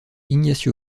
ignacio